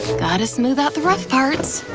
gotta smooth out the rough parts.